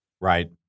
Right